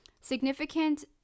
significant